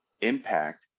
impact